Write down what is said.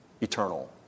eternal